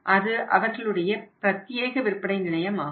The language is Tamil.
அது அவர்களுடைய பிரத்தியேக விற்பனை நிலையம் ஆகும்